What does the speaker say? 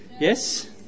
Yes